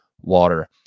water